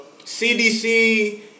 CDC